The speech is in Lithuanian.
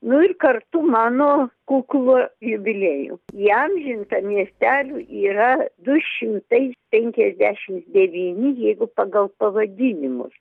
nu ir kartu mano kuklų jubiliejų įamžintą miestelių yra du šimtai penkiasdešims devyni jeigu pagal pavadinimus